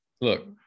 Look